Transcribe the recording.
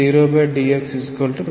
so ddxax